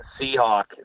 Seahawk